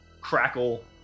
crackle